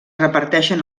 reparteixen